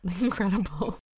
incredible